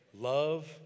Love